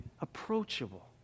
Approachable